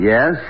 Yes